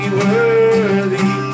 worthy